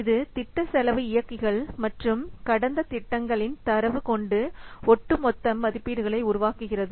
இது திட்ட செலவு இயக்கிகள் மற்றும் கடந்த திட்டங்களின் தரவு கொண்டு ஒட்டுமொத்த மதிப்பீடுகளை உருவாக்குகிறது